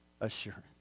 assurance